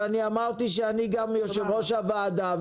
אבל אני אמרתי שאני גם יו"ר הוועדה,